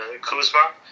Kuzma